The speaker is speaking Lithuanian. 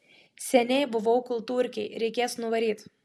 seniai buvau kultūrkėj reikės nuvaryt